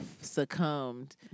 succumbed